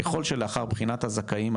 "ככול שלאחר בחינת הזכאים,